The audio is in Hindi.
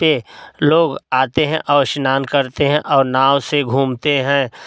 ते लोग आते हैं और स्नान करते हैं और नाव से घूमते हैं